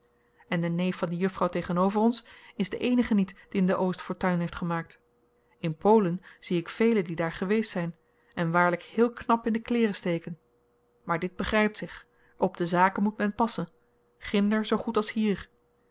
en de neef van die juffrouw tegenover ons is de eenige niet die in de oost fortuin heeft gemaakt in polen zie ik velen die daar geweest zyn en waarlyk heel knap in de kleeren steken maar dit begrypt zich op de zaken moet men passen ginder zoo goed als hier